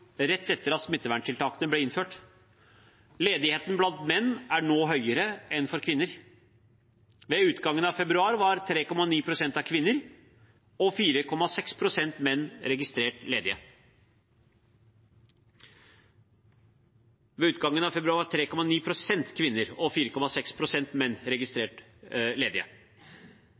rett etter at smitteverntiltakene ble innført. Ledigheten blant menn er nå høyere enn for kvinner. Ved utgangen av februar var 3,9 pst. kvinner og 4,6 pst. menn registrert ledige.